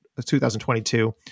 2022